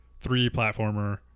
three-platformer